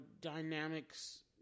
dynamics